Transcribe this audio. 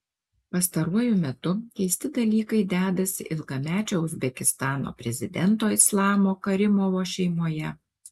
pastaruoju metu keisti dalykai dedasi ilgamečio uzbekistano prezidento islamo karimovo šeimoje